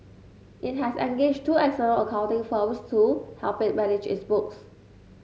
it has engaged two external accounting firms to help it manage its books